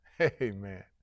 Amen